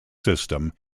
system